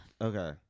Okay